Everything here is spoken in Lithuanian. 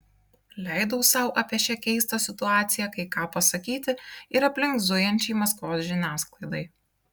leidau sau apie šią keistą situaciją kai ką pasakyti ir aplink zujančiai maskvos žiniasklaidai